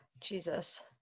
Jesus